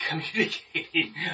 communicating